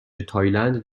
تایلند